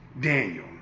Daniel